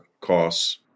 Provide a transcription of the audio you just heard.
costs